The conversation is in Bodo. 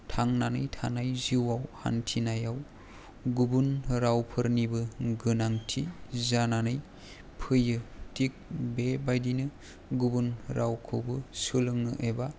थांनानै थानाय जिउआव हान्थिनायाव गुबुन रावफोरनिबो गोनांथि जानानै फैयो थिग बेबायदिनो गुबुन रावखौबो सोलोंनो एबा